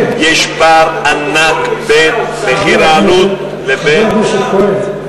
יש פער ענק בין מחיר העלות לבין חבר הכנסת כהן,